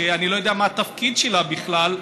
אני לא יודע מה התפקיד שלה בכלל,